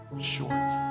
short